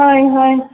ꯍꯣꯏ ꯍꯣꯏ